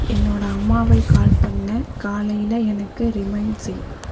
என்னோட அம்மாவை கால் பண்ண காலையில் எனக்கு ரிமைண்ட் செய்